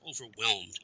overwhelmed